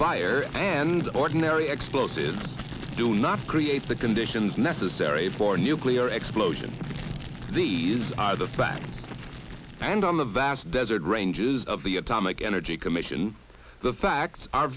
fire and ordinary explosives do not create the conditions necessary for a nuclear explosion these are the facts and on the vast desert ranges of the atomic energy commission the facts are